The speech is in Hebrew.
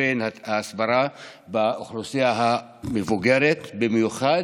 בקמפיין ההסברה באוכלוסייה המבוגרת במיוחד,